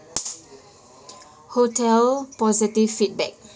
hotel positive feedback